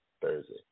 Thursday